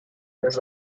was